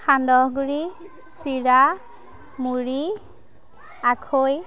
সান্দহগুড়ি চিৰা মুড়ি আখৈ